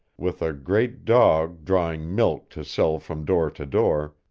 with a great dog drawing milk to sell from door to door,